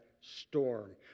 storm